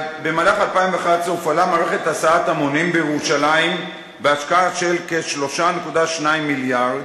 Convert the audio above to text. הופעלה מערכת הסעת המונים בירושלים בהשקעה של כ-3.2 מיליארד.